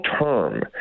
term